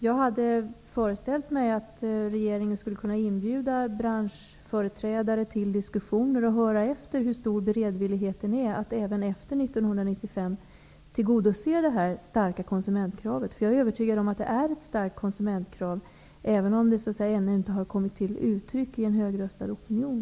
Jag hade föreställt mig att regeringen skulle kunna inbjuda branschföreträdare till diskussion, för att höra efter hur stor beredvillighet som finns för att även efter 1995 tillgodose det här starka konsumentkravet. Jag är övertygad om att konsumentkravet är starkt, även om det inte kommit till uttryck i en högröstad opinion.